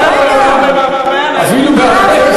רגע.